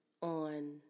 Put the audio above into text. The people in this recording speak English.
on